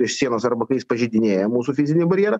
virš sienos arba kai jis pažeidinėja mūsų fizinį barjerą